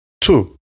two